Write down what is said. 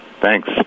Thanks